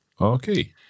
Okay